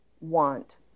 want